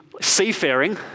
seafaring